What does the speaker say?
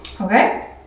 Okay